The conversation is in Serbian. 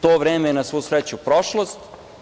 To vreme je, na svu sreću, prošlost.